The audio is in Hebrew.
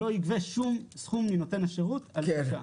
לא יגבה כל סכום מנותן השירות על עסקה.